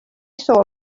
saw